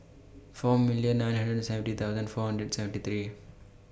four million nine hundred and seventy thousand four hundred seventy three